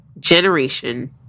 generation